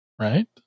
Right